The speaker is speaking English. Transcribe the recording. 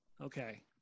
Okay